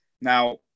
Now